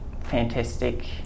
fantastic